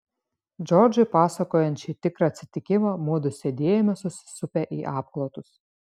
džordžui pasakojant šį tikrą atsitikimą mudu sėdėjome susisupę į apklotus